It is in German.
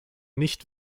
nicht